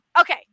Okay